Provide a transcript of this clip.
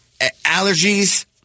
allergies